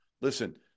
Listen